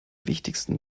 wichtigsten